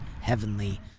Heavenly